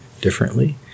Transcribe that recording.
differently